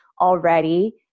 already